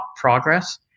progress